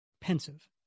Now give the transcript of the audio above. pensive